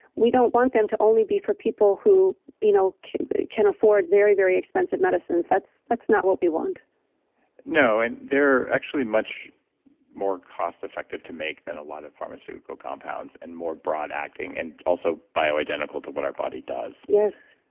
we don't want them to only be for people who you know can afford very, very expensive medicines. that's that's not what we want no, and they're actually much more cost effective to make than a lot of pharmaceutical compounds and more broad acting and also bioidentical to what our body does yes